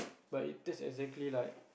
but it tastes exactly like